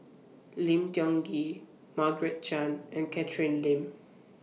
Lim Tiong Ghee Margaret Chan and Catherine Lim